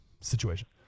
situation